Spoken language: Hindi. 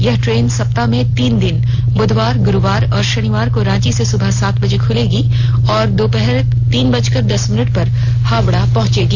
यह ट्रेन सप्ताह में तीन दिन बुधवार गुरुवार और शनिवार को रांची से सुबह सात बजे खुलेगी और दोपहर तीन बजकर दस मिनट पर हावड़ा पहुंचेगी